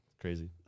Crazy